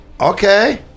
Okay